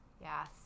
Yes